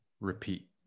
repeat